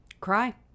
Cry